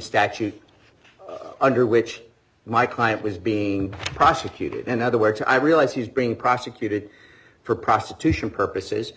statute under which my client was being prosecuted in other words i realize he's being prosecuted for prostitution purposes